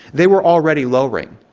they were already lowering,